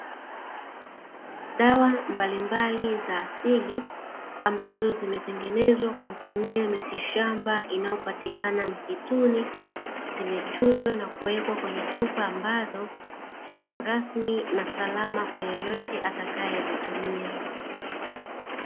Dawa mbalimbali za asili ambazo zimetengenezwa kwa kutumia miti shamba inayopatikana msituni, zimechujwa na kuwekwa kwenye chupa ambazo sio rasmi na salama kwa yoyote atakayezitumia.